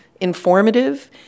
informative